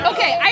Okay